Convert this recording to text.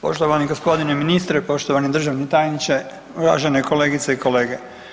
Poštovani g. ministre, poštovani državni tajniče, uvažene kolegice i kolege.